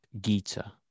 Gita